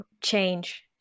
change